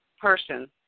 person